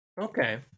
Okay